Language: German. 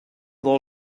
der